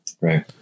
right